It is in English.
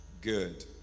good